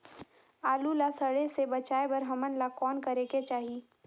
आलू ला सड़े से बचाये बर हमन ला कौन करेके चाही?